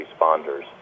responders